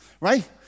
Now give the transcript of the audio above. Right